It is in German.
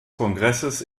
kongresses